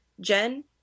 Jen